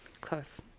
close